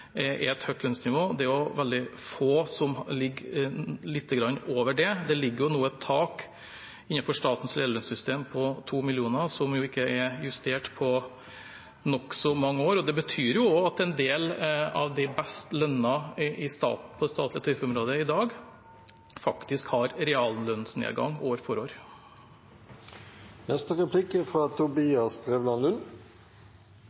er et høyt lønnsnivå. Det er også veldig få som ligger over det – og da bare lite grann. Det ligger nå et tak innenfor statens lederlønnssystem på 2 mill. kr, som ikke er justert på nokså mange år. Det betyr at en del av de best lønnede på det statlige tariffområdet i dag faktisk har reallønnsnedgang år for år. Jeg vil først gi ros til statsråden, og det er